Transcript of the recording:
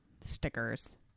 stickers